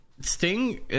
Sting